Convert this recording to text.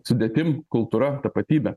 sudėtim kultūra tapatybe